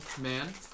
man